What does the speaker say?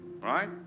Right